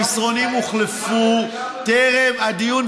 המסרונים הוחלפו טרם הדיון,